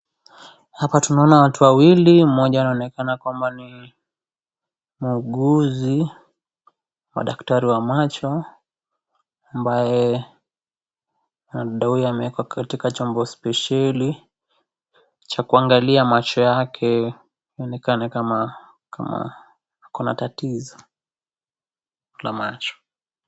Hapa tunaona watu wawili mmoja anaonekana kwamba ni muuguzi ama daktari wa macho ambaye ndiye huyo amewekwa katika chombo spesheli cha kuangalia macho yake ionekane kama kama ako na tatizo la macho.